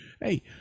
hey